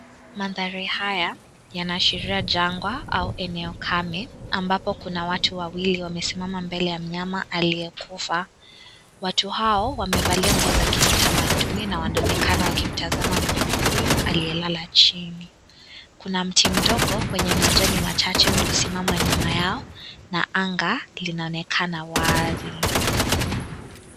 Mandhari haya yanaashiria jangwa au eneo kame ambapo kuna watu wawili waliosimama mbele ya mnyama aliyekufa, watu hao wamevalia nguo za kitamaduni na wanaonekana wakimtazama mnyama huyo aliyelala chini. Kuna mti mdogo wenye majani machache uliosimama nyuma yao na anga linaonekana wazi.